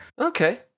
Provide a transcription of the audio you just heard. Okay